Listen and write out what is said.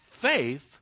faith